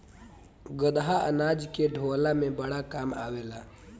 गदहा अनाज के ढोअला में बड़ा काम आवेला